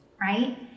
right